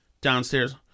downstairs